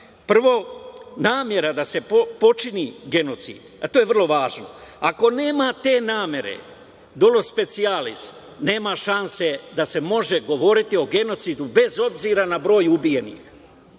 Prvo, namera da se počini genocid, a to je vrlo važno. Ako nema te namere, dolus specialis, nema šanse da se može govoriti o genocidu, bez obzira na broj ubijenih.